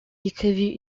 écrivit